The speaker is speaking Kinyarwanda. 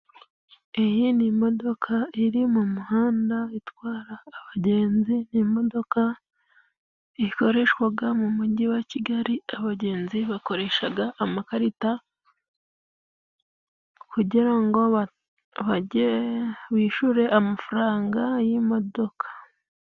Iyi ni imodoka iri mu muhanda itwara abagenzi, ni imodoka ikoreshwa mu mugi wa Kigali, abagenzi bakoresha amakarita, kugira ngo bishyure amafaranga y'imodoka.